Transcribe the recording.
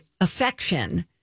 affection